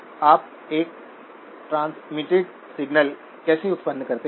आप एक transmitted signal कैसे उत्पन्न करते हैं